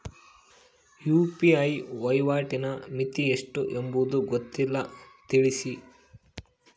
UPI ವಹಿವಾಟಿನ ಮಿತಿ ಎಷ್ಟು ಎಂಬುದು ಗೊತ್ತಿಲ್ಲ? ತಿಳಿಸಿ?